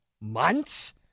months